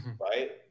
right